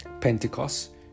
Pentecost